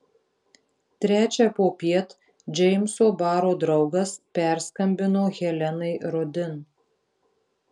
trečią popiet džeimso baro draugas perskambino helenai rodin